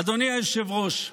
אדוני היושב-ראש,